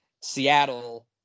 Seattle